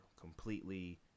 completely